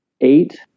eight